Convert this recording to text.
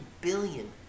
billion